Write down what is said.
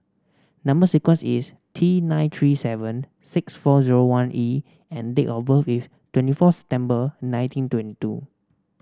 number sequence is T nine three seven six four zero one E and date of birth is twenty fourth September nineteen twenty two